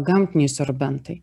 gamtiniai sorbentai